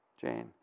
Jane